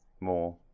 more